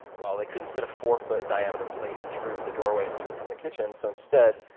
well, they couldn't fit a four foot diameter plate through the doorways to and from the kitchen. so instead,